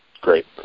great